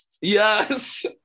Yes